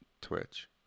Twitch